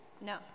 No